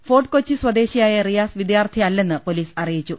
fort Kochi സ്വദേ ശിയായ റിയാസ് വിദ്യാർത്ഥിയല്ലെന്ന് പൊലീസ് അറിയിച്ചു